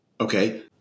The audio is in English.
Okay